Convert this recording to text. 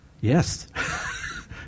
yes